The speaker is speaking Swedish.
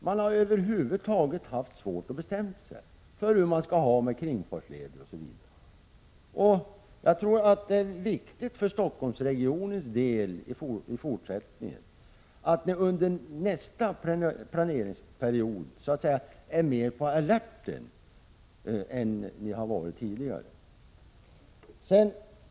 Man har över huvud taget haft svårt att bestämma sig när det gällt kringfartsleder osv. För Stockholmsregionens del är det viktigt att ni under nästa planeringsperiod är mer på alerten än ni har varit tidigare.